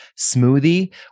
smoothie